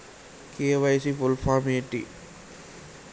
KYC full form ఏంటి?